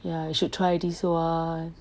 ya you should try this one